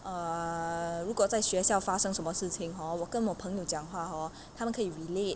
err 如果在学校发生什么事情 hor 我跟我朋友讲话 hor 他们可以 relate